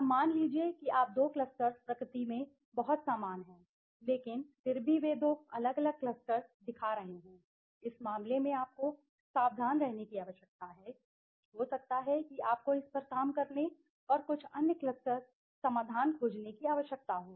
अब मान लीजिए कि आप दो क्लस्टर्स प्रकृति में बहुत समान हैं लेकिन फिर भी वे दो अलग अलग क्लस्टर्स दिखा रहे हैं इस मामले में आपको सावधान रहने की आवश्यकता है हो सकता है कि आपको इस पर काम करने और कुछ अन्य क्लस्टर समाधान खोजने की आवश्यकता हो